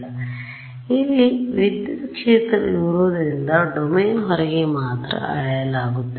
ಆದ್ದರಿಂದ ಇಲ್ಲಿ ವಿದ್ಯುತ್ ಕ್ಷೇತ್ರ ಇರುವುದರಿಂದ ಡೊಮೇನ್ನ ಹೊರಗೆ ಮಾತ್ರ ಅಳೆಯಲಾಗುತ್ತದೆ